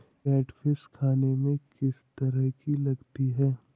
Catfish खाने में किस तरह की लगती है?